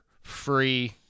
free